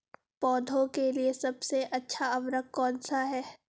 पौधों के लिए सबसे अच्छा उर्वरक कौन सा है?